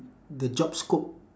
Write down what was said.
the job scope